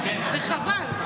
וחבל.